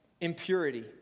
impurity